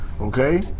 okay